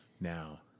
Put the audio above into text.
Now